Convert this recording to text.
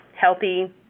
healthy